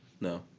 no